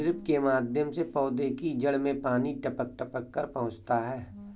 drip के माध्यम से पौधे की जड़ में पानी टपक टपक कर पहुँचता है